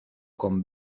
con